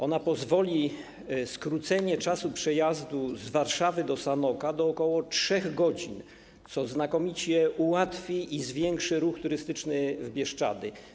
Ona pozwoli na skrócenie czasu przejazdu z Warszawy do Sanoka do ok. 3 godzin, co znakomicie ułatwi i zwiększy ruch turystyczny w Bieszczadach.